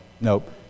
nope